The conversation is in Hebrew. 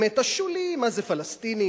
השולי באמת מה זה פלסטינים,